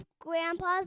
Grandpa's